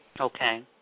Okay